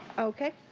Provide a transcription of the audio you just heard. okay.